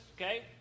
okay